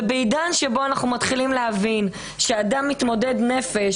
בעידן שבו אנחנו מתחילים להבין שאדם מתמודד נפש,